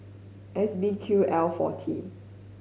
S B Q L forty